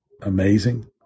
amazing